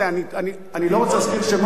אני לא רוצה להזכיר שמות,